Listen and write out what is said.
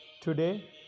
today